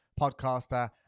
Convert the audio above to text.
podcaster